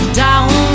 down